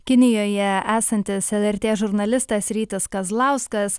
kinijoje esantis lrt žurnalistas rytis kazlauskas